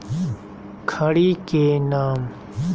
खड़ी के नाम?